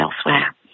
elsewhere